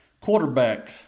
Quarterback